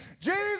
Jesus